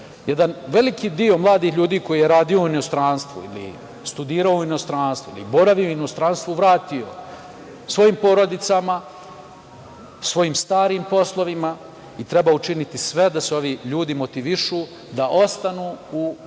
jedan veliki deo mladih ljudi koji je radio u inostranstvu ili studirao u inostranstvu, ili boravio u inostranstvu se vratio svojim porodicama, svojim starim poslovima i treba učiniti sve da se ovi ljudi motivišu da ostanu u svojoj